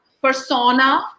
persona